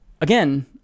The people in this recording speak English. Again